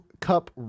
cup